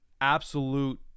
absolute